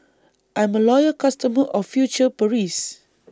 I'm A Loyal customer of future Paris